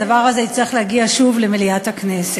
הדבר הזה יצטרך להגיע שוב למליאת הכנסת.